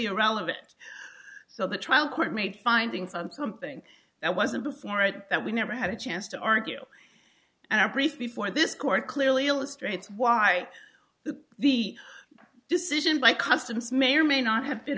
irrelevant so the trial court made findings on something that wasn't before it that we never had a chance to argue and our priest before this court clearly illustrates why the decision by customs may or may not have been